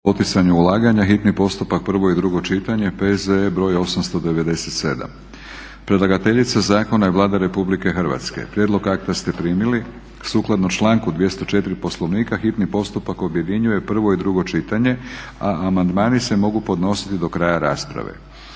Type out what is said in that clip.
poticanju ulaganja, hitni postupak, prvo i drugo čitanje, P.Z.E. br. 897; Predlagateljica zakona je Vlada Republike Hrvatske. Prijedlog akta ste primili. Sukladno članku 204. Poslovnika hitni postupak objedinjuje prvo i drugo čitanje, a amandmani se mogu podnositi do kraja rasprave.